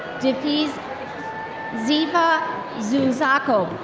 diphes ziva zunzaco.